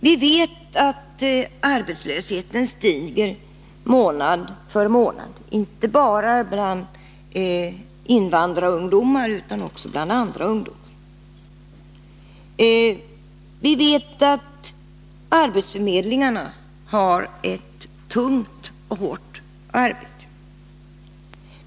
Vi vet att arbetslösheten stiger månad för månad inte bara bland invandrarungdomar utan också bland andra ungdomar. Vi vet att arbetsförmedlingarna har ett tungt och hårt jobb.